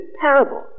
parable